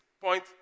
point